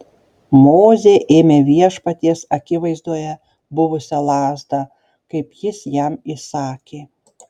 mozė ėmė viešpaties akivaizdoje buvusią lazdą kaip jis jam įsakė